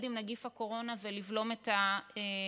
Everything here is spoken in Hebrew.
עם נגיף הקורונה ולבלום את התחלואה.